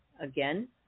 again